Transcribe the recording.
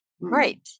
Right